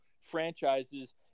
franchises